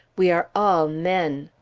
we are all men!